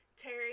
Terry